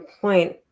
point